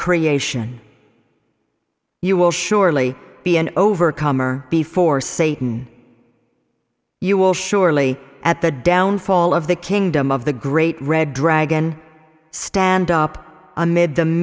creation you will surely be an overcomer before satan you will surely at the downfall of the kingdom of the great red dragon stand up amid the